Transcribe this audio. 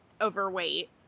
overweight